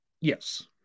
Yes